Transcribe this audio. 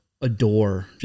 Adore